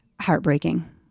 heartbreaking